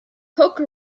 poke